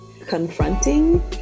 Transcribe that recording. confronting